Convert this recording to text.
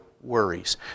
worries